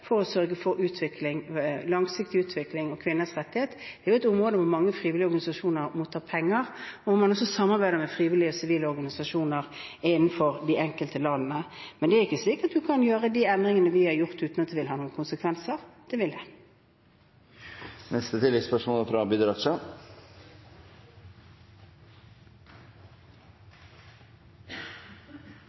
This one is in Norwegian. for å sørge for langsiktig utvikling og kvinners rettigheter. Jeg vet det er områder hvor mange frivillige organisasjoner må ha penger, hvor man også samarbeider med frivillige og sivile organisasjoner innenfor de enkelte landene. Men det er ikke sikkert man kan gjøre de endringene vi har gjort, uten at det vil ha noen konsekvenser. Det vil det. Abid Q. Raja – til oppfølgingsspørsmål. Straks etter at vi er